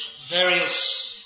various